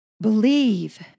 believe